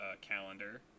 Calendar